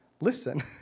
listen